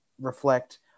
reflect